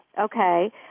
Okay